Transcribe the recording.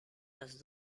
los